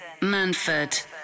Manford